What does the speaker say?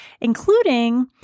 including